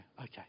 Okay